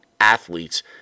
athletes